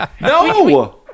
No